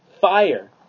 fire